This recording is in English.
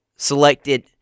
selected